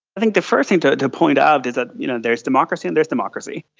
i think the first thing to to point out is ah you know there is democracy and there's democracy.